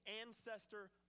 ancestor